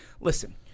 Listen